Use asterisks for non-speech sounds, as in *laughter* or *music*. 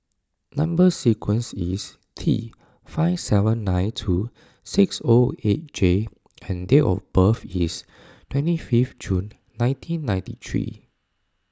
Number Sequence is T five seven nine two six O eight J and date of birth is *noise* twenty fifth June nineteen ninety three